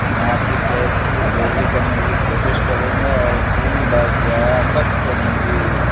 میں آپ کی کیس کی پیروی کرنے کی کوشش کروں گا اور فون بازیافت کرنے کی